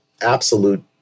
absolute